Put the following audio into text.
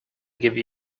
give